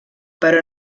però